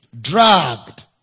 Dragged